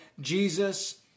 Jesus